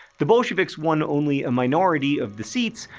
the bolsheviks won only a minority of the seats